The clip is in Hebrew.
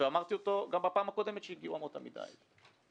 ואמרתי אותו גם בישיבה הקודמת כשהגיעו לאישור אמות המידה האלה.